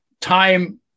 time